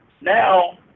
now